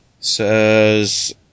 Says